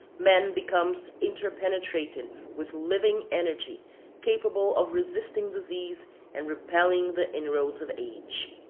man becomes interpenetrated with living energy capable of resisting disease and repelling the inroads of age.